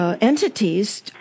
Entities